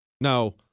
Now